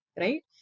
right